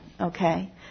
Okay